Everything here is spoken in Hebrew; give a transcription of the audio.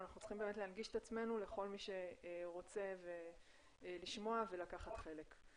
אנחנו צריכים באמת להנגיש את עצמנו לכל מי שרוצה לשמוע ולקחת חלק.